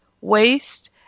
waste